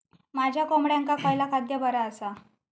माझ्या कोंबड्यांका खयला खाद्य बरा आसा?